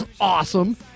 awesome